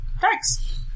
Thanks